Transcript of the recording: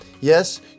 Yes